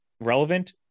relevant